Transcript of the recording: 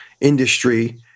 industry